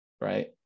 Right